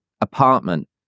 apartment